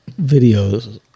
Videos